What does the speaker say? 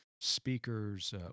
speakers